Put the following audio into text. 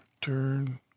turn